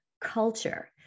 culture